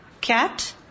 Cat